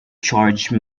charge